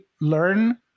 learn